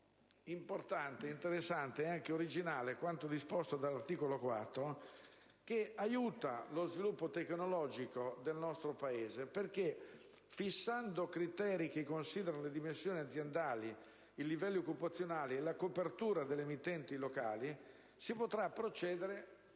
Trovo altresì interessante ed originale quanto disposto dall'articolo 4, che aiuta lo sviluppo tecnologico del nostro Paese, perché con la fissazione di criteri che considerano le dimensioni aziendali, occupazionali e di copertura delle emittenti, si potrà procedere